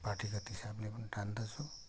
पार्टीगत हिसाबले पनि ठान्दछु